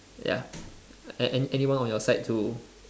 ya any~ any~ anyone on your side to